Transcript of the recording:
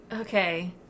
okay